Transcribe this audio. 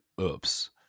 oops